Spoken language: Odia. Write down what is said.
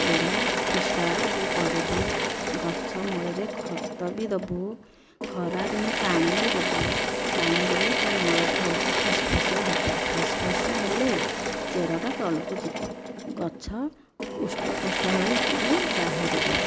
କୋଡ଼ା ଖୋସା ବି କରିବୁ ଗଛ ମୂଳରେ ଖତ ବି ଦେବୁ ଖରାଦିନେ ପାଣି ବି ଦେବୁ ପାଣି ଦେଲେ ତା ମୂଳଟା ହେଉଛି ଫସଫସିଆ ହେବ ଫସଫସିଆ ହେଲେ ଚେରଟା ତଳକୁ ଯିବ ଗଛ ହୁଷ୍ଟ ଫୁଷ୍ଟ ହୋଇକି ବି ବାହାରିବ